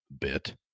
bit